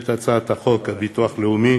את הצעת חוק הביטוח הלאומי